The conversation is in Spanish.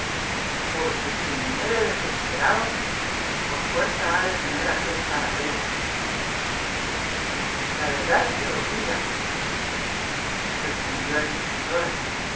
porque quien muere desesperado por fuerza ha de tener aquel paradero la verdad que os diga respondió